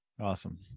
Awesome